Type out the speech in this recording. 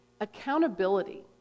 accountability